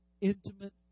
intimate